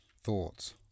thoughts